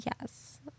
Yes